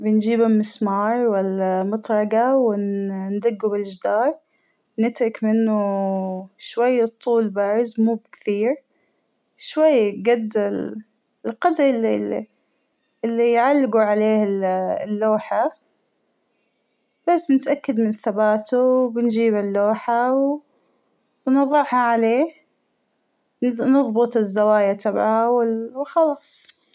بنجيب المسمار والمطرقة ون -وندقه بالجدار، نترك منه شوية طول بارز مو كثير ، شوى قد ال القدر ال ال - اللى يعلقوا عليه ال- اللوحة ، بس نتأكد من ثباته بنجيب اللوحة ونضعها عليه ، نظبط الزوايا تبعها وال وخلاص.